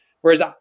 Whereas